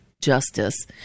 justice